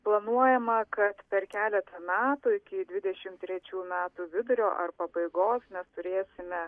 planuojama kad per keletą metų iki dvidešim trečių metų vidurio ar pabaigos mes turėsime